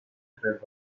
river